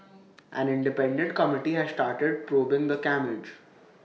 an independent committee has started probing the carnage